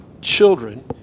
children